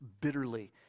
bitterly